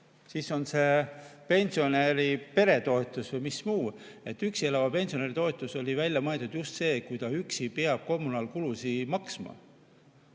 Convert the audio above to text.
siis on see pensionäri peretoetus või miski muu. Üksi elava pensionäri toetus oli välja mõeldud just selleks, kui üksi peab kommunaalkulusid maksma.